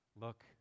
look